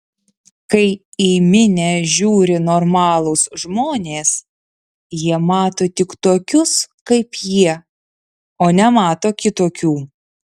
kai į minią žiūri normalūs žmonės jie mato tik tokius kaip jie o nemato kitokių